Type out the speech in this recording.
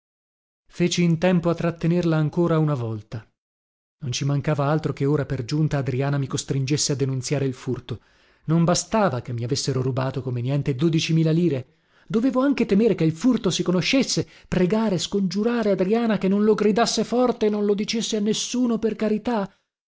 feci in tempo a trattenerla ancora una volta non ci mancava altro che ora per giunta adriana mi costringesse a denunziare il furto non bastava che mi avessero rubato come niente dodici mila lire dovevo anche temere che il furto si conoscesse pregare scongiurare adriana che non lo gridasse forte non lo dicesse a nessuno per carità